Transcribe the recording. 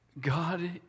God